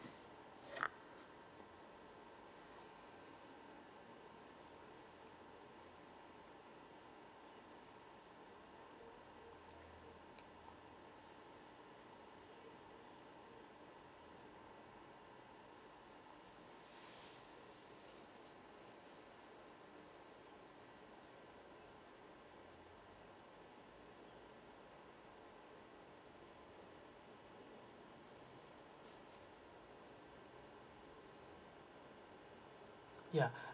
ya